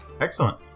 Excellent